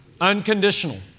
unconditional